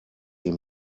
ihm